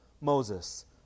Moses